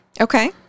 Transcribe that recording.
Okay